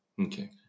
Okay